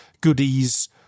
goodies